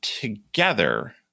together